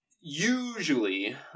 Usually